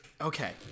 Okay